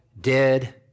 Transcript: dead